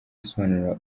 asobanura